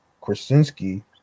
Krasinski